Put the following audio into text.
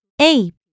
Ape